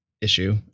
issue